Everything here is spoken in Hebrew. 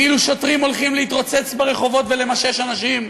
כאילו שוטרים הולכים להתרוצץ ברחובות ולמשש אנשים,